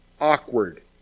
awkward